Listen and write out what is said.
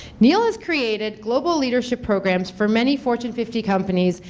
neil has created global leadership programs for many fortune fifty companies,